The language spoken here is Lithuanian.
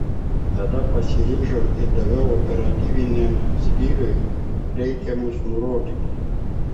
tada pasiryžau ir daviau operatyviniam skyriui reikiamus nurodymus